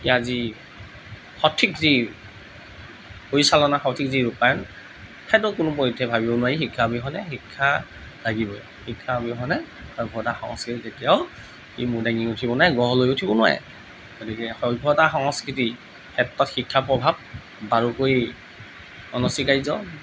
এতিয়া যি সঠিক যি পৰিচালনা সঠিক যি ৰূপায়ণ সেইটো কোনো পধ্যেই ভাবিব নোৱাৰি শিক্ষা অবিহনে শিক্ষা লাগিবই শিক্ষা অবিহনে সভ্যতা সংস্কৃতি কেতিয়াও ই মূৰ দাঙি উঠিব নোৱাৰে গঢ় লৈ উঠিব নোৱাৰে গতিকে সভ্যতা সংস্কৃতিৰ ক্ষেত্ৰত শিক্ষাৰ প্ৰভাৱ বাৰুকৈ অনস্বীকাৰ্য